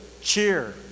cheer